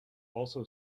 also